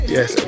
Yes